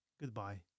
goodbye